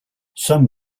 some